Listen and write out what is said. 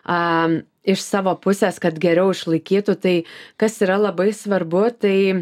a iš savo pusės kad geriau išlaikytų tai kas yra labai svarbu tai